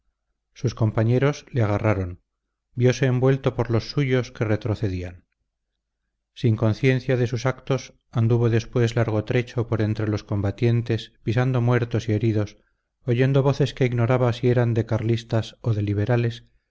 sus compañeros le agarraron viose envuelto por los suyos que retrocedían sin conciencia de sus actos anduvo después largo trecho por entre los combatientes pisando muertos y heridos oyendo voces que ignoraba si eran de carlistas o de liberales